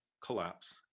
collapse